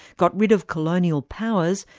got rid of colonial powers,